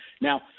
Now